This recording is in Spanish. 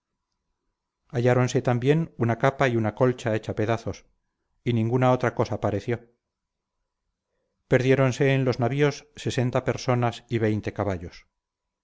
conocer halláronse también una capa y una colcha hecha pedazos y ninguna otra cosa pareció perdiéronse en los navíos sesenta personas y veinte caballos